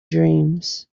dreams